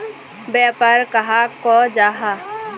व्यापार कहाक को जाहा?